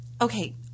Okay